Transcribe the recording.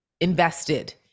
invested